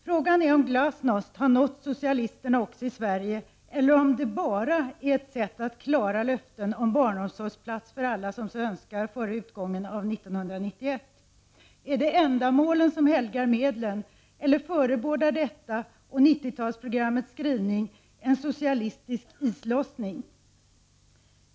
Frågan är om glasnost har nått socialisterna också i Sverige eller om det ”bara” är ett sätt att klara löftet om barnomsorgsplats för alla som så önskar före utgången av 1991. Är det ändamålen som helgar medlen? Eller förebådar detta och 90-talsprogrammets skrivning en socialistisk islossning?